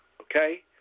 okay